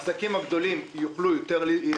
לעסקים הגדולים תהיה יותר יכולת.